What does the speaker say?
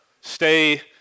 stay